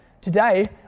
Today